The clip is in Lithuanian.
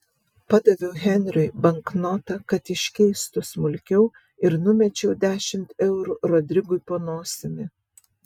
padaviau henriui banknotą kad iškeistų smulkiau ir numečiau dešimt eurų rodrigui po nosimi